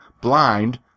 blind